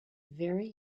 very